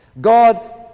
God